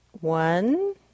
One